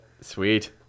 Sweet